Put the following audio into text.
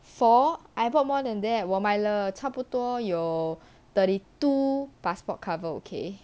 four I bought more than that 我买了差不多有 thirty two passport cover okay